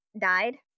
died